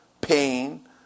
pain